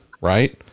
right